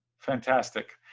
fantastic,